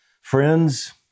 Friends